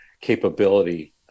capability